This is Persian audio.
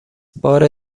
بار